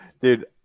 Dude